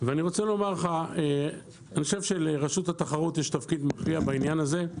אני חושב שלרשות התחרות יש תפקיד מכריע בעניין הזה,